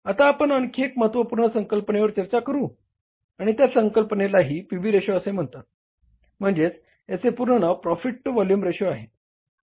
आता आपण आणखी एका महत्त्वपूर्ण संकल्पनेवर चर्चा करूया आणि त्या संकल्पनेला पीव्ही रेशो म्हणतात म्हणजे याचे पूर्ण नाव प्रॉफिट टू व्हॉल्युम रेशो आहे